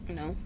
no